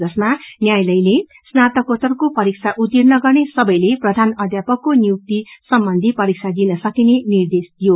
जसमा न्यायालयले स्नातकोत्तरको परीक्षा उत्त्रीण गर्ने सबैले प्रधानाध्यापकको नियुक्ति सम्बन्धी परीक्षा दिन सकिने निर्देश दिइयो